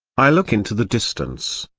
i look into the distance.